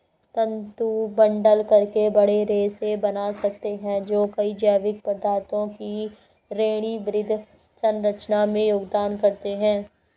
तंतु बंडल करके बड़े रेशे बना सकते हैं जो कई जैविक पदार्थों की श्रेणीबद्ध संरचना में योगदान करते हैं